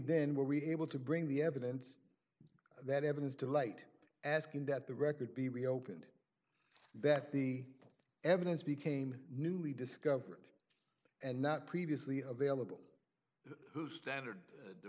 then were really able to bring the evidence that evidence to light asking that the record be reopened that the evidence became newly discovered and not previously available to standard